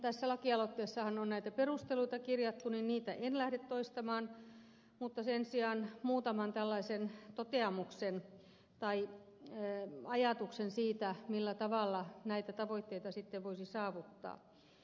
tässä lakialoitteessahan on näitä perusteluita kirjattu ja niitä en lähde toistamaan mutta sen sijaan esitän muutaman tällaisen toteamuksen tai ajatuksen siitä millä tavalla näitä tavoitteita sitten voisi saavuttaa